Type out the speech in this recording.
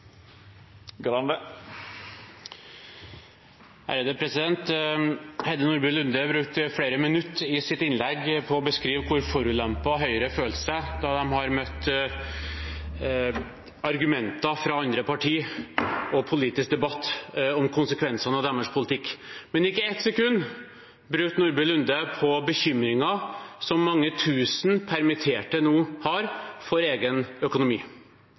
Heidi Nordby Lunde brukte flere minutt i sitt innlegg på å beskrive hvor forulempet Høyre har følt seg når de har møtt argumenter fra andre parti og politisk debatt om konsekvensene av deres politikk. Men ikke ett sekund brukte Nordby Lunde på bekymringer som mange tusen permitterte nå har for egen økonomi.